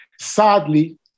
Sadly